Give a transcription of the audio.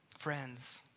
Friends